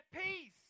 peace